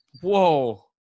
Whoa